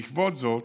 בעקבות זאת,